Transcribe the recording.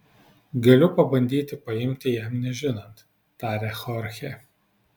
galiu pabandyti paimti jam nežinant tarė chorchė